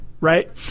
right